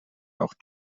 auch